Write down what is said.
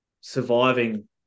surviving